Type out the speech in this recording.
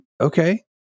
okay